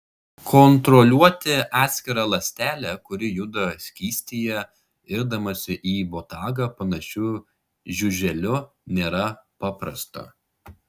kontroliuoti atskirą ląstelę kuri juda skystyje irdamasi į botagą panašiu žiuželiu nėra paprasta